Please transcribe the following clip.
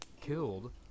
killed